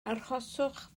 arhoswch